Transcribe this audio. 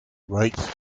writes